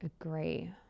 agree